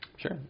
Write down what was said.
Sure